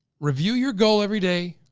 review your goal every day,